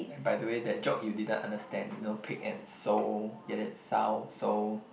and by the way that joke you didn't understand you know pig and sew get it sow sew